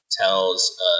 tells